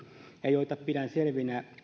ja joita pidän selvinä